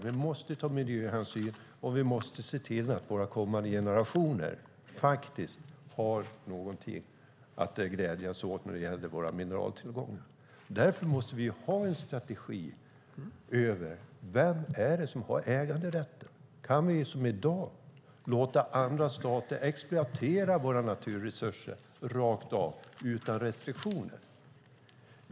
Vi måste ta miljöhänsyn, och vi måste se till att även kommande generationer kan glädjas åt våra mineraltillgångar. Därför måste vi ha en strategi för vem som har äganderätten. Kan vi, som i dag, låta andra stater exploatera våra naturresurser rakt av, utan restriktioner?